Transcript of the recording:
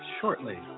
shortly